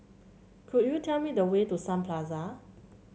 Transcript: could you tell me the way to Sun Plaza